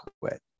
quit